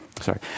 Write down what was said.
Sorry